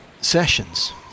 Sessions